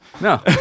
no